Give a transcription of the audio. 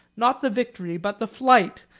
not the victory, but the flight,